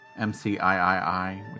MCIII